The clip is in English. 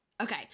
Okay